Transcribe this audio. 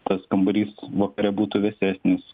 tas kambarys vakare būtų vėsesnis